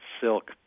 silk